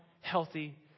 healthy